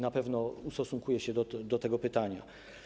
Na pewno ustosunkuję się do tego pytania.